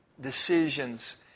decisions